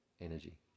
energy